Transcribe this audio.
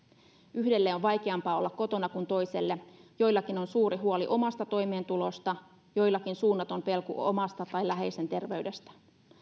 yhdelle on vaikeampaa olla kotona kuin toiselle joillakin on suuri huoli omasta toimeentulosta joillakin suunnaton pelko omasta tai läheisen terveydestä